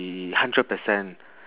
the hundred percent